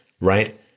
right